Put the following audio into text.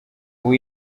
uwo